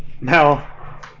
Now